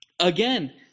again